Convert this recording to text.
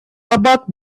about